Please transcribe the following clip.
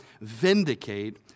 vindicate